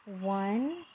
One